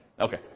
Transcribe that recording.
okay